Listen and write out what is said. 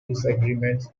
disagreements